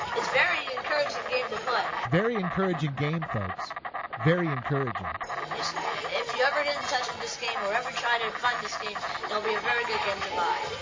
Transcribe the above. it's very encouraging game to play very encouraging game, folks very encouraging if you ever get in touch with this game or ever try to find this game it'll be a very good game to